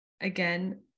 again